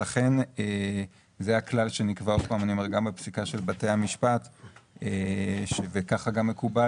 לכן זה הכלל שנקבע גם בפסיקה של בתי המשפט וכך גם מקובל